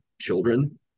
children